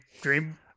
dream